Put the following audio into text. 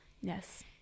Yes